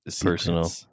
personal